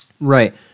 Right